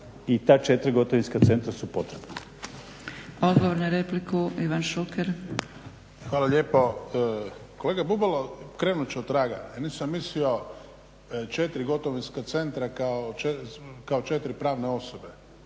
i ta četiri gotovinska centra su potrebna.